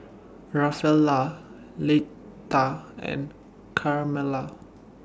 Rafaela Leitha and Carmella